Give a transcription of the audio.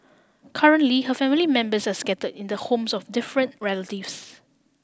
currently her family members are scatter in the homes of different relatives